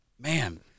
man